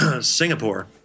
Singapore